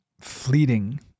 fleeting